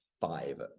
five